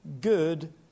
good